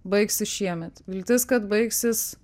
baigsis šiemet viltis kad baigsis